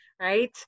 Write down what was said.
right